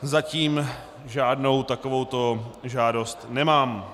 Zatím žádnou takovouto žádost nemám.